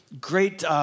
great